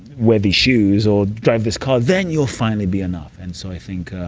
wear these shoes or drive this car, then you'll finally be enough. and so i think